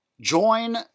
join